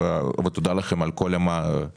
תודה לכם על כל המהלכים.